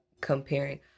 comparing